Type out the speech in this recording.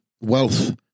wealth